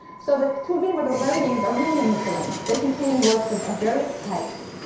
so the ketuvim, or the writings, are really a miscellany. they contain works of various types,